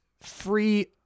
free